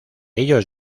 ellos